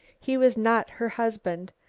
he was not her husband.